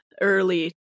early